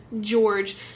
George